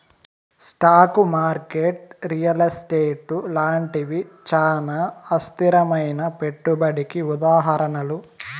stock market real estate లాంటివి చానా అస్థిరమైనా పెట్టుబడికి ఉదాహరణలు